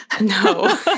no